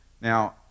Now